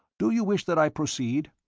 do you wish that i proceed?